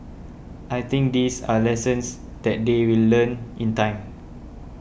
I think these are lessons that they will learn in time